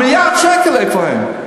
מיליארד השקל איפה הם?